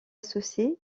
associée